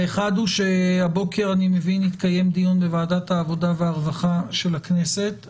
האחד הוא הבוקר אני מבין התקים דיון בוועדת העבודה והרווחה של הכנסת,